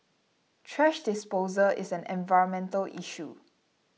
thrash disposal is an environmental issue